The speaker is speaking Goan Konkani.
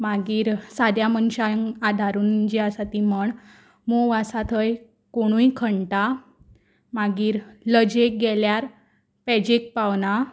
मागीर साद्या मनशांक आदारून जे आसा ती म्हण मोव आसा थंय कोणूय खणटा मागीर लजेक गेल्यार पेजेक पावना